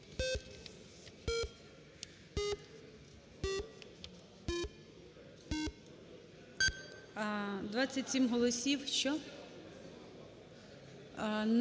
27 голосів, що?